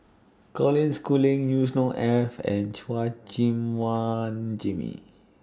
Colin Schooling Yusnor Ef and Chua Gim Guan Jimmy